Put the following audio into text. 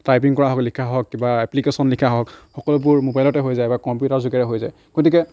typing কৰা হওক লিখা হওক কিবা এপ্লিকেচন লিখা হওক সকলোবোৰ ম'বাইলতে হৈ যায় বা কম্পিউটাৰৰ যোগেৰে হৈ যায় গতিকে